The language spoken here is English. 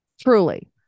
Truly